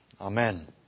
Amen